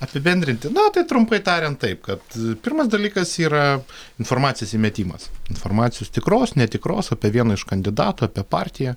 apibendrinti na tai trumpai tariant taip kad pirmas dalykas yra informacijos įmetimas informacijos tikros netikros apie vieną iš kandidatų apie partiją